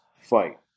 fight